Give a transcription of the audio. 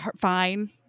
fine